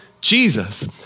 Jesus